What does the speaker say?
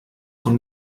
von